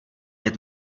jet